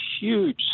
huge